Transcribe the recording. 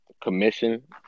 commission